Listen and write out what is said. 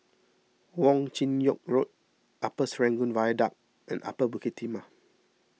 Wong Chin Yoke Road Upper Serangoon Viaduct and Upper Bukit Timah